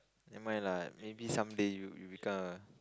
never mind lah maybe someday you you become a